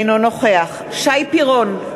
אינו נוכח שי פירון,